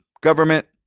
government